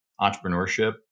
entrepreneurship